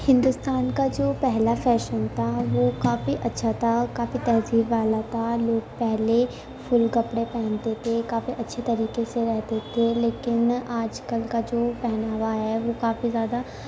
ہندوستان کا جو پہلا فیشن تھا وہ کافی اچھا تھا کافی تہذیب والا تھا لوگ پہلے فل کپڑے پہنتے تھے کافی اچھے طریقے سے رہتے تھے لیکن آج کل کا جو پہناوا ہے وہ کافی زیادہ